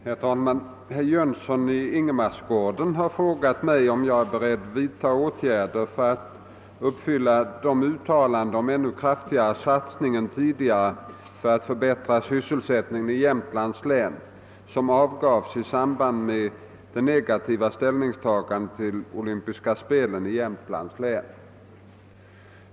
Herr talman! Herr Jönsson i Ingemarsgården har frågat mig, om jag är beredd vidta åtgärder för att uppfylla de uttalanden om ännu kraftigare satsning än tidigare för att förbättra sysselsättningen i Jämtlands län som avgavs i samband med det negativa ställningstagandet till olympiska speli Jämtlands län.